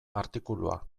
artikulua